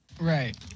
Right